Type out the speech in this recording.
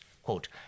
Quote